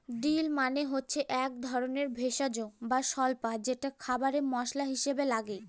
deal মানে হচ্ছে এক ধরনের ভেষজ বা স্বল্পা যেটা খাবারে মশলা হিসাবে লাগে